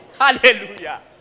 Hallelujah